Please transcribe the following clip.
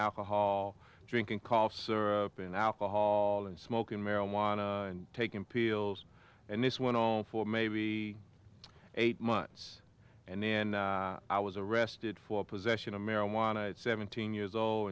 alcohol drinking coffee and alcohol and smoking marijuana and taking peels and this went on for maybe eight months and then i was arrested for possession of marijuana at seventeen years old